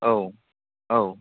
औ औ